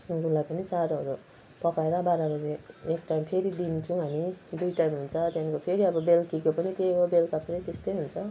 सुँगुरलाई पनि चारोहरू पकाएर बाह्र बजी एक टाइम फेरि दिन्छौँ हामी दुई टाइम हुन्छ त्यहाँको फेरि अब बेलुकीको पनि त्यही हो बेलुका पनि त्यस्तै हुन्छ